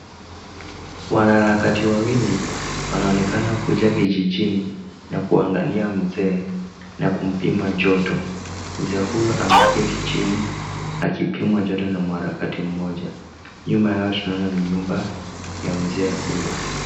Wanaharakati wawili ,wanaonekana kuja kijijini na kuangalia mzee na kumpima joto. Mzee huyo ameketi chini akipimwa joto na mwanaharakati mmoja. Nyuma yao tunaona ni nyumba ya mzee huyo.